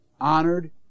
honored